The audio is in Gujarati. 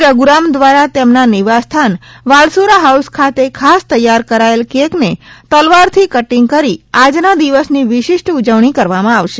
રધુરામ દ્વારા તેમના નિવાસ સ્થાન વાલસુરા હાઉસ ખાતે ખાસ તૈયાર કરાયેલ કેક ને તલવારથી કટીંગ કરી આજના દિવસની વિશિષ્ટ ઉજવણી કરવામાં આવશે